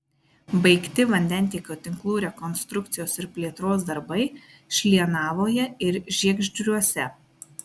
baigti vandentiekio tinklų rekonstrukcijos ir plėtros darbai šlienavoje ir žiegždriuose